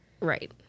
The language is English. Right